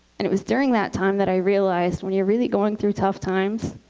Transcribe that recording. and it was during that time that i realized when you're really going through tough times,